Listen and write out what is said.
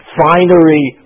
finery